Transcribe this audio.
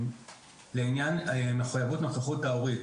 לעניין מחויבות נוכחות הורית.